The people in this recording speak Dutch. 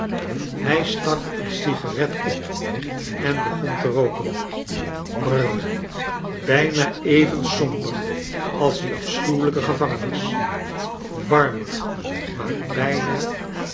hij stak een sigaret op en begon te rooken bi bijna even somber als die afschuwelijke gevangenis warmer maar bijna